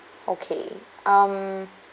okay um